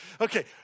Okay